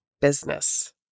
business